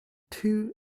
two